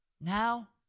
Now